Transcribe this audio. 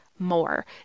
more